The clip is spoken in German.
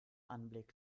anblick